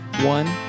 one